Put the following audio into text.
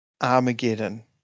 Armageddon